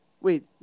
Wait